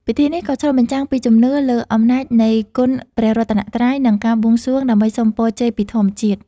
ពិធីនេះក៏ឆ្លុះបញ្ចាំងពីជំនឿលើអំណាចនៃគុណព្រះរតនត្រ័យ និងការបួងសួងដើម្បីសុំពរជ័យពីធម្មជាតិ ។